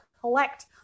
collect